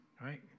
Right